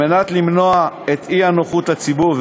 כדי למנוע אי-נוחות לציבור,